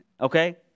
Okay